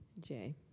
Jay